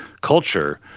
culture